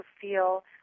feel